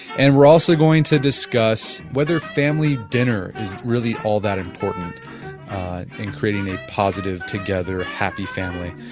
and we are also going to discuss whether family dinner is really all that important in creating a positive together happy family.